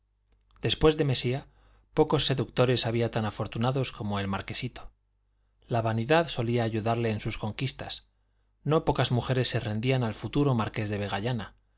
después de mesía pocos seductores había tan afortunados como el marquesito la vanidad solía ayudarle en sus conquistas no pocas mujeres se rendían al futuro marqués de